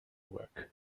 work